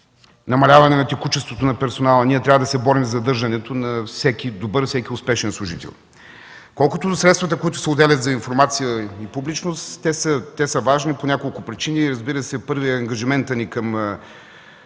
намаляване на текучеството на персонала. Ние трябва да се борим за задържането на всеки добър, всеки успешен служител. Колкото до средствата, които се отделят за информация и публичност, те са важни по няколко причини. Разбира се, първи е ангажиментът ни към